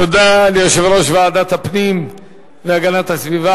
תודה ליושב-ראש ועדת הפנים והגנת הסביבה,